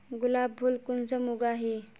गुलाब फुल कुंसम उगाही?